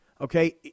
okay